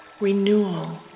Renewal